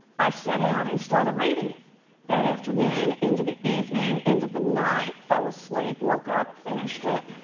i sat down and started reading that afternoon into the evening into the night, fell asleep, woke up, finished it.